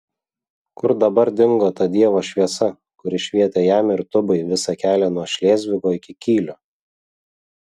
kur dabar dingo ta dievo šviesa kuri švietė jam ir tubai visą kelią nuo šlėzvigo iki kylio